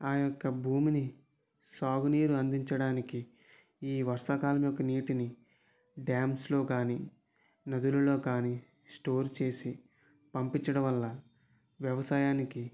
ఆ యొక్క భూమికి సాగు నీరు అందించడానికి ఈ వర్షాకాలం యొక్క నీటిని డ్యామ్స్లో కానీ నదులలో కానీ స్టోర్ చేయడం పంపించడం వల్ల వ్యవసాయానికి